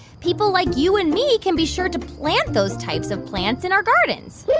people like you and me can be sure to plant those types of plants in our gardens